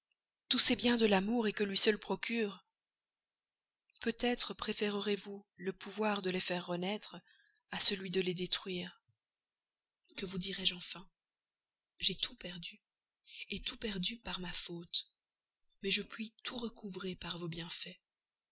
tous ces biens de l'amour que lui seul procure peut-être préférerez vous le pouvoir de les faire renaître à celui de les détruire que vous dirai-je enfin j'ai tout perdu tout perdu par ma faute mais je puis tout recouvrer par vos bienfaits